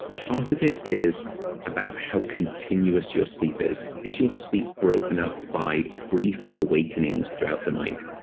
part of it is about how continuous your sleep is. is your sleep broken up by brief awakenings throughout the night?